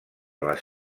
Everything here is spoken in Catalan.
les